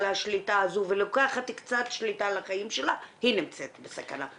מהשליטה הזאת ולוקחת קצת שליטה על החיים שלה היא נמצאת בסכנה,